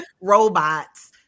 robots